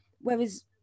Whereas